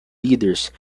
leaders